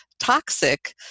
toxic